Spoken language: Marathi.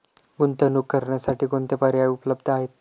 गुंतवणूक करण्यासाठी कोणते पर्याय उपलब्ध आहेत?